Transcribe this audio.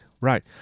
right